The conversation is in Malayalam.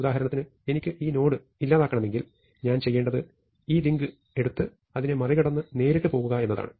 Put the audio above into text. ഉദാഹരണത്തിന് എനിക്ക് ഈ നോഡ് ഇല്ലാതാക്കണമെങ്കിൽ ഞാൻ ചെയ്യേണ്ടത് ഈ ലിങ്ക് എടുത്ത് അതിനെ മറികടന്ന് നേരിട്ട് പോകുക എന്നതാണ്